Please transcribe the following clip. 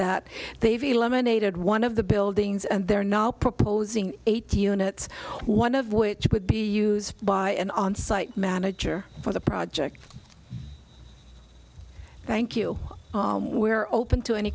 that they've eliminated one of the buildings and they're not proposing eighty units one of which would be used by an onsite manager for the project thank you we're open to any